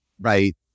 right